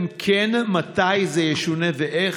3. אם כן, מתי זה ישונה ואיך?